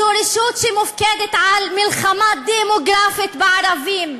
זו רשות שמופקדת על מלחמה דמוגרפית בערבים,